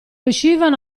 uscivano